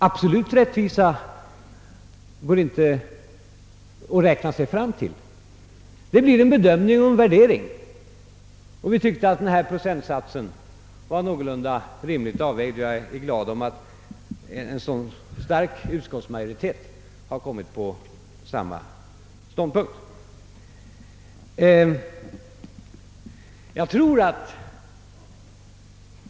Absolut rättvisa går det inte att räkna fram, Det blir en bedömning och en värdering. Vi tyckte att denna procentsats var någorlunda rimligt avvägd, och jag är glad över att en så stark utskottsmajoritet har nått samma ståndpunkt.